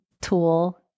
tool